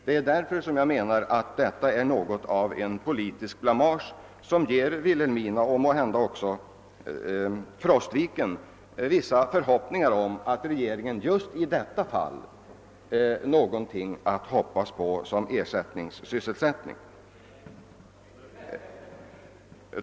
Det är därför som jag menar att detta är något av en politisk blamage, minst sagt, som ger Vilhelmina och måhända även Frostviken vissa förhoppningar om att regeringen skall skapa någon ersättningssysselsättning.